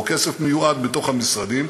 הוא כסף מיועד מתוך המשרדים,